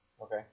okay